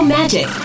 Magic